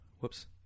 whoops